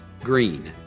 green